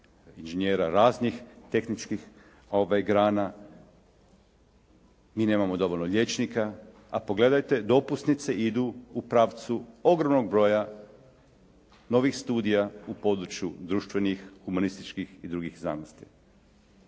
inženjera raznih tehničkih grana, mi nemamo dovoljno liječnika, a pogledajte dopusnice idu u pravcu ogromnog broja novih studija u području društvenih, humanističkih i drugih znanosti.